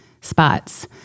spots